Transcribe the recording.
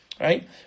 right